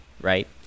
right